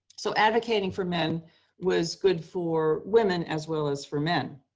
so advocating for men was good for women as well as for men.